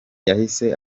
yahise